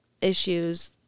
issues